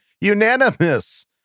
unanimous